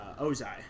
Ozai